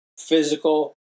physical